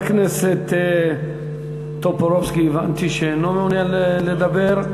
חבר הכנסת טופורובסקי, הבנתי שאינו מעוניין לדבר.